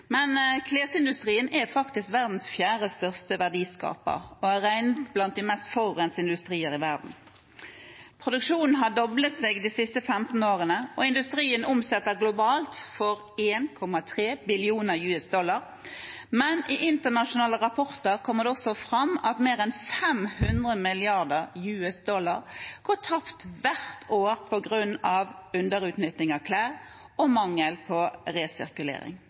Men i internasjonale rapporter kommer det også fram at mer enn 500 mrd. US dollar går tapt hvert år på grunn av underutnytting av klær og mangel på resirkulering.